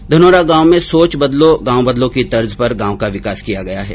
धनोरा गांव में सोच बदलो गांव बदलो की तर्ज पर गांव का विकास किया गया है